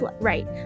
right